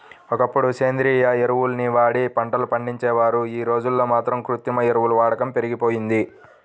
ఒకప్పుడు సేంద్రియ ఎరువుల్ని వాడి పంటలు పండించేవారు, యీ రోజుల్లో మాత్రం కృత్రిమ ఎరువుల వాడకం పెరిగిపోయింది